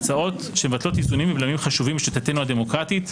הצעות שמבטלות איזונים ובלמים חשובים בשיטתנו הדמוקרטית,